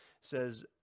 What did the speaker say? says